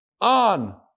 on